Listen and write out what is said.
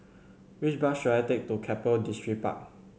which bus should I take to Keppel Distripark